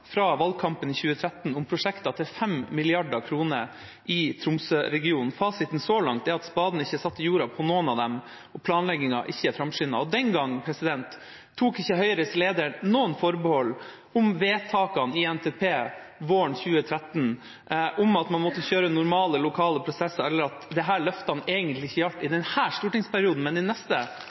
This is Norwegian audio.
fra valgkampen i 2013 om prosjekter til 5 mrd. kr i Tromsø-regionen. Fasiten så langt er at spaden ikke er satt i jorda for noen av dem, og planleggingen er ikke framskyndet. Den gang tok ikke Høyres leder noen forbehold om vedtakene i NTP våren 2013, om at man også må ha normale lokale prosesser, eller at disse løftene egentlig ikke gjaldt i denne stortingsperioden, men i neste